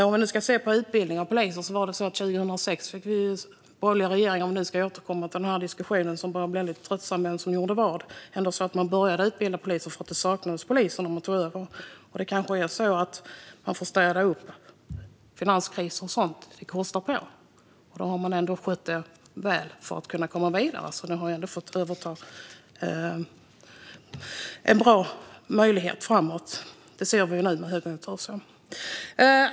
När det gäller utbildningen av poliser fick den borgerliga regeringen 2006 - om vi nu ska återkomma till den lite tröttsamma diskussionen om vem som gjorde vad - börja utbilda poliser eftersom det saknades poliser när man tog över. Det kanske är så att man får städa upp efter finanskriser och sådant, och det kostar på. Här har man ändå skött det väl för att kunna komma vidare, så ni har ändå fått överta en bra möjlighet framåt.